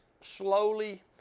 slowly